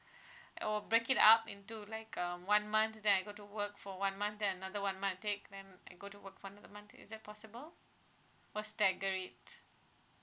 I'll break it up into like um one month then I go to work for one month then another one month I take then I go to work for another month is that possible what's